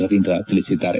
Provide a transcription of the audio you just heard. ರವೀಂದ್ರ ತಿಳಿಸಿದ್ದಾರೆ